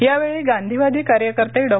यावेळी गांधीवादी कार्यकर्ते डॉ